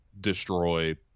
destroy